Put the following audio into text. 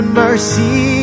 mercy